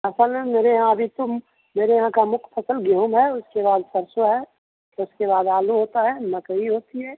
असल में मेरे यहाँ अभी तो मेरे यहाँ का मुख्य फसल गेहूँ है उसके बाद सरसों है फिर उसके बाद आलू होता है मकई होती है